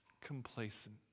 complacent